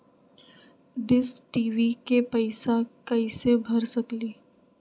Dish TV के पैईसा कईसे भर सकली?